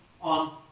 on